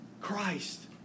Christ